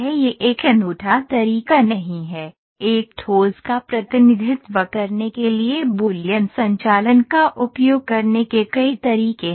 यह एक अनूठा तरीका नहीं है एक ठोस का प्रतिनिधित्व करने के लिए बूलियन संचालन का उपयोग करने के कई तरीके हैं